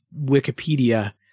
Wikipedia